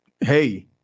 hey